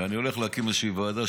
ואני הולך להקים איזושהי ועדה,